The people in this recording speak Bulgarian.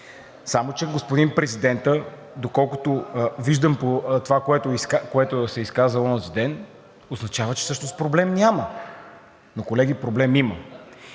Само че господин Президентът, доколкото виждам от това, което каза онзи ден, означава, че всъщност проблем няма, но, колеги, проблем има.